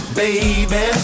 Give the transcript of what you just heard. baby